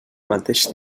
mateix